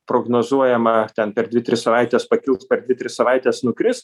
prognozuojama ar ten per dvi tris savaites pakils per dvi tris savaites nukris